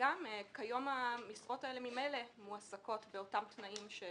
כיום המשרות האלה ממילא מועסקות באותם תנאים של